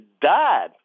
died